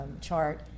chart